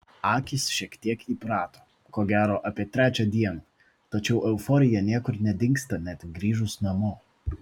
akys šiek tiek įprato ko gero apie trečią dieną tačiau euforija niekur nedingsta net grįžus namo